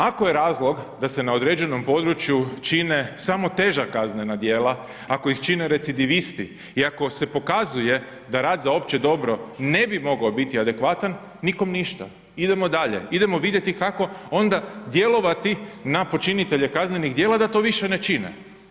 Ako je razlog da se na određenom području čine samo teža kaznena djela, ako ih čine recidivisti i ako se pokazuje da rad za opće dobro ne bi mogao biti adekvatan, nikom ništa, idemo dalje, idemo vidjeti kako onda djelovati na počinitelje kaznenih djela da to više ne čine.